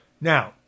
Now